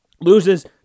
loses